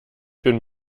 bin